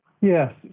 Yes